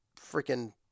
freaking